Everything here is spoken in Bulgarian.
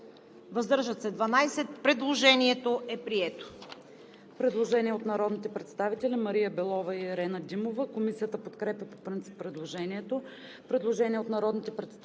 въздържели се 12. Предложението е прието.